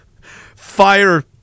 fire